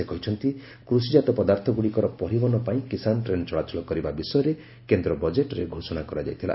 ସେ କହିଛନ୍ତି କୃଷିଜାତ ପଦାର୍ଥଗୁଡ଼ିକର ପରିବହନ ପାଇଁ କିଷାନ ଟ୍ରେନ୍ ଚଳାଚଳ କରିବା ବିଷୟରେ କେନ୍ଦ୍ର ବଜେଟ୍ରେ ଘୋଷଣା କରାଯାଇଥିଲା